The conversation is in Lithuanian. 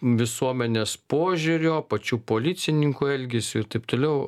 visuomenės požiūrio pačių policininkų elgesiu ir taip toliau